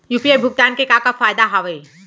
UPI भुगतान के का का फायदा हावे?